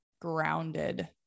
grounded